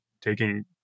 taking